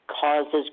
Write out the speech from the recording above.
causes